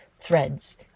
threads